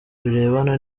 birebana